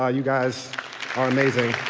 ah you guys are amazing.